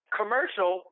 commercial